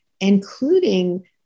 including